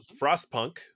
Frostpunk